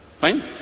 fine